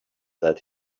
that